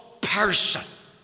Person